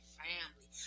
family